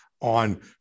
on